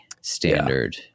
standard